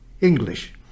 English